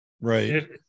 Right